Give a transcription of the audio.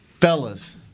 Fellas